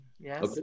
yes